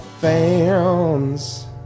fans